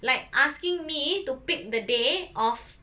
like asking me to pick the day of